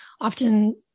often